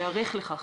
להיערך לכך.